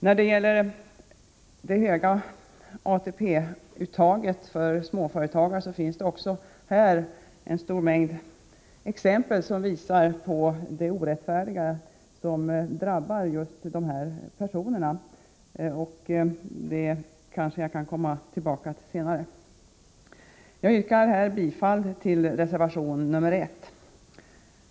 När det gäller det höga ATP-uttaget för småföretagare finns det också en stor mängd exempel som visar de orättvisor som drabbar just dessa personer, men det kan jag återkomma till senare. Jag yrkar bifall till reservation nr 1.